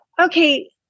okay